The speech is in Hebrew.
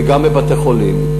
וגם בבתי-חולים.